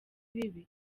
bibi